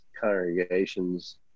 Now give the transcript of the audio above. congregations